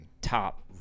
top